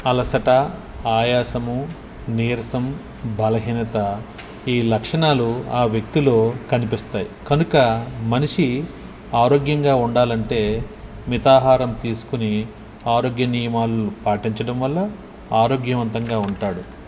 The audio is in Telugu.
అలసట ఆయాసము నీరసం బలహీనత ఈ లక్షణాలు ఆ వ్యక్తిలో కనిపిస్తాయి కనుక మనిషి ఆరోగ్యంగా ఉండాలంటే మితాహారం తీసుకుని ఆరోగ్య నియమాలు పాటించడం వల్ల ఆరోగ్యవంతంగా ఉంటాడు